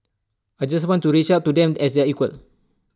I just want to reach out to them as their equal